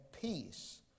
peace